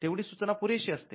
तेवढी सूचना पुरेशी असते